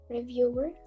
Reviewer